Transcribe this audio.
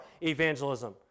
evangelism